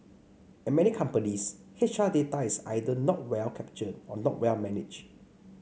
at many companies H R data is either not well captured or not well managed